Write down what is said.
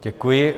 Děkuji.